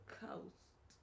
coast